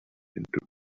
into